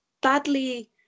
badly